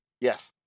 Yes